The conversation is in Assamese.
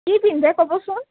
কি পিন্ধে ক'বচোন